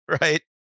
right